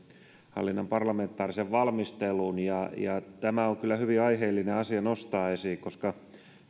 parlamentaarisen valmistelun ja ja tämä on kyllä hyvin aiheellinen asia nostaa esiin koska